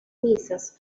misas